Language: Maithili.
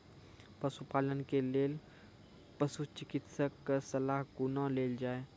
पशुपालन के लेल पशुचिकित्शक कऽ सलाह कुना लेल जाय?